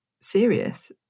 serious